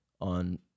on